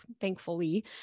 thankfully